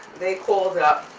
they called up,